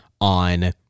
on